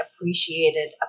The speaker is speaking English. appreciated